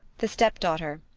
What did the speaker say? the step-daughter.